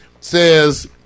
says